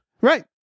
Right